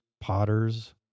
potters